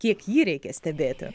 kiek jį reikia stebėti